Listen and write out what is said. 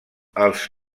els